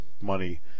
money